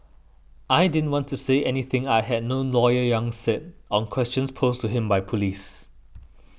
I didn't want to say anything I had no lawyer Yang said on questions posed to him by police